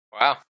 wow